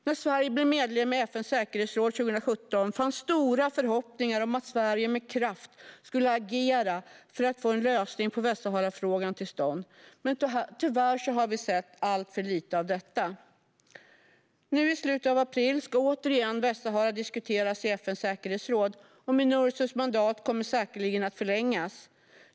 När Sverige blev medlem i FN:s säkerhetsråd 2017 fanns stora förhoppningar om att Sverige med kraft skulle agera för att få en lösning på Västsaharafrågan till stånd. Men tyvärr har vi sett alltför lite av detta. I slutet av april ska Västsahara återigen diskuteras i FN:s säkerhetsråd, och Minursos mandat kommer säkerligen att förlängas.